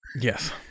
Yes